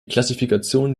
klassifikation